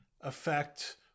affect